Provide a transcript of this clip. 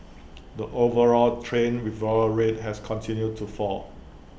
the overall train withdrawal rate has continued to fall